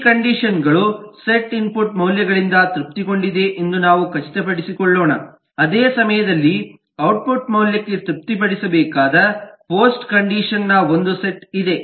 pre condition ಗಳು set input ಮೌಲ್ಯಗಳಿಂದ ತೃಪ್ತಿಗೊಂಡಿದೆ ಎಂದು ನಾವು ಖಚಿತಪಡಿಸಿಕೊಳ್ಳೋಣ ಅದೇ ಸಮಯದಲ್ಲಿ ಔಟ್ಪುಟ್ ಮೌಲ್ಯಕ್ಕೆ ತೃಪ್ತಿಪಡಿಸಬೇಕಾದ ಪೋಸ್ಟ್ ಕಂಡಿಷನ್ ನ ಒಂದು ಸೆಟ್ ಇದೆ